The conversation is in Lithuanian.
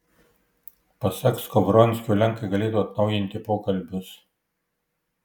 pasak skovronskio lenkai galėtų atnaujinti pokalbius